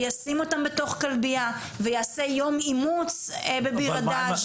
ישים אותם בתוך כלביה ויעשה יום אימוץ בביר הדאג'.